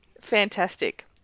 Fantastic